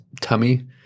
tummy